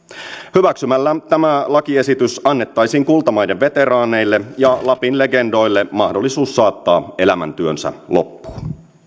hyväksymällä tämä lakiesitys annettaisiin kultamaiden veteraaneille ja lapin legendoille mahdollisuus saattaa elämäntyönsä loppuun